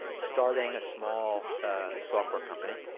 starting a small software company.